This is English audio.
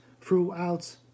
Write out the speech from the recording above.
throughout